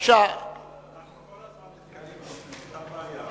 אנחנו כל פעם נתקלים באותה בעיה.